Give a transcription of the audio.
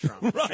Right